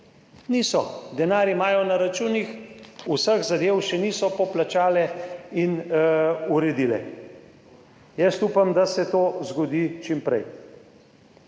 Niso, denar imajo na računih, vseh zadev še niso poplačale in uredile. Jaz upam, da se to zgodi čim prej.